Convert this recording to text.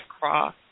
cross